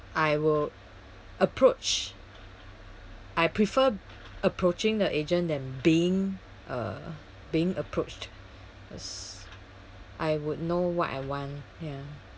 I will approach I prefer approaching the agent than being uh being approached as I would know what I want ya